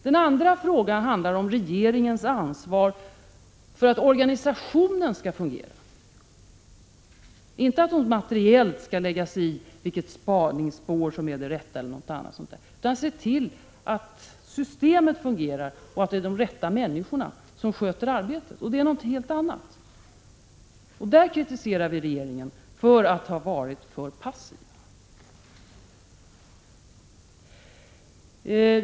Den andra frågan handlar om regeringens ansvar för att organisationen skall fungera — inte att den materiellt skall lägga sig i vilket spaningsspår som är det rätta eller något annat sådant, utan att den skall se till, att systemet fungerar och att de rätta människorna sköter arbetet, vilket är något helt annat. Där kritiserar vi regeringen för att ha varit för passiv.